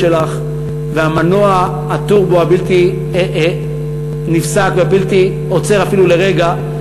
שלך ומנוע הטורבו הבלתי נפסק והבלתי עוצר אפילו לרגע,